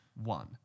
one